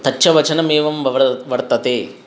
तच्च वचनं एवं वर्तते